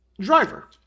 driver